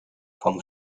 vom